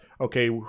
okay